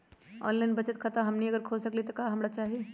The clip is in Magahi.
ऑनलाइन बचत खाता हमनी अगर खोले के चाहि त हमरा का का चाहि?